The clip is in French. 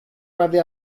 m’avez